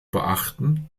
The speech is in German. beachten